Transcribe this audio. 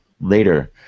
later